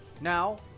Now